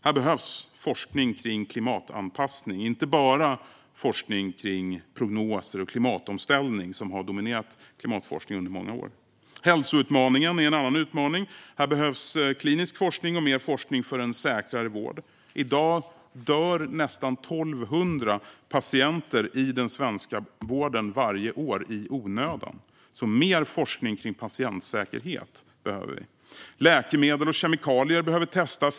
Här behövs forskning kring klimatanpassning och inte bara forskning kring prognoser och klimatomställning, som har dominerat klimatforskningen under många år. Hälsoutmaningen är en annan utmaning. Här behövs klinisk forskning och mer forskning för en säkrare vård. I dag dör nästan 1 200 patienter i den svenska vården varje år i onödan. Vi behöver alltså mer forskning kring patientsäkerhet. Läkemedel och kemikalier behöver testas.